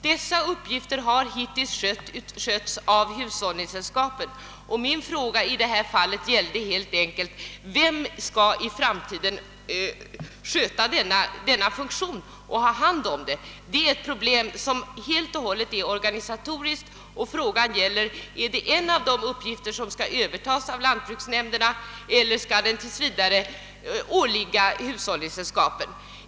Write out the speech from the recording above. Dessa uppgifter har hittills skötts av hushåll ningssällskapen, och min fråga var i detta fall helt enkelt vem som i framtiden skall ha hand om saken. Detta är helt och hållet ett organisatoriskt problem, och jag frågar mig om det är en av de uppgifter som skall övertas av lantbruksnämnderna eller om den tills vidare skall åligga hushållningssällskapen?